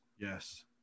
Yes